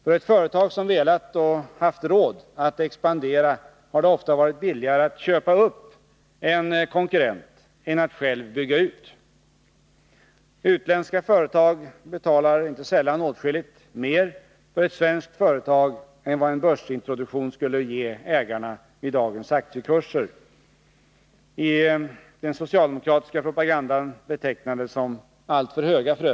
För ett företag som velat och haft råd att expandera har det ofta varit billigare att köpa upp en konkurrent än att själv bygga ut. Utländska företag betalar inte sällan åtskilligt mer för ett svenskt företag än vad en börsintroduktion skulle ge ägarna vid dagens aktiekurser — i den socialdemokratiska propagandan betecknade som alltför höga.